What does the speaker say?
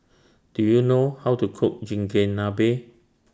Do YOU know How to Cook Chigenabe